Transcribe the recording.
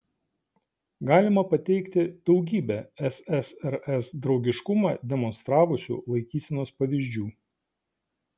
galima pateikti daugybę ssrs draugiškumą demonstravusių laikysenos pavyzdžių